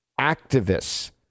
activists